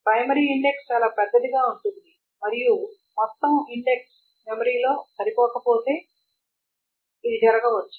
primary index చాలా పెద్దదిగా ఉంటుంది మరియు మొత్తం ఇండెక్స్ మెమరీ లో సరిపోకపోతే ఇది జరగవచ్చు